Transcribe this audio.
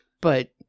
but-